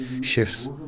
shifts